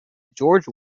george